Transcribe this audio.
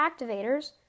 activators